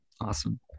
Awesome